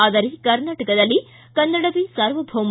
ಆದರೆ ಕರ್ನಾಟಕದಲ್ಲಿ ಕನ್ನಡವೇ ಸಾರ್ವಭೌಮ